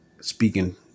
speaking